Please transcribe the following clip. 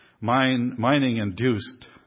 mining-induced